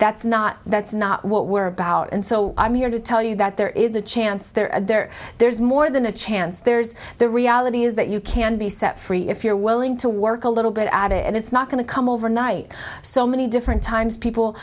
that's not that's not what we're about and so i'm here to tell you that there is a chance there there's more than a chance there's the reality is that you can be set free if you're willing to work a little bit at it and it's not going to come overnight so many different times people